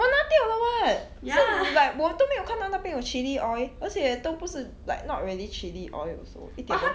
我拿掉了 [what] 是你 like 我都没有看到那边有 chili oil 而且都不是 like not really chilli oil also 一点